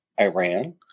iran